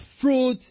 fruit